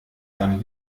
dann